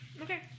Okay